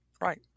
Right